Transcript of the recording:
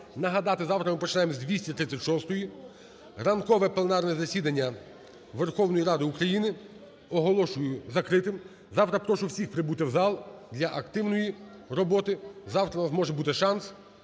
Нагадати, завтра ми почнемо з 236-ї. Ранкове пленарне засідання Верховної Ради України оголошую закритим. Завтра прошу всіх прибути в зал для активної роботи. Завтра у нас може бути шанс